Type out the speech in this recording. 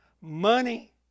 Money